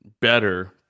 better